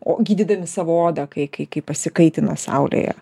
o gydydami savo odą kai kai kai pasikaitina saulėje